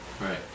Right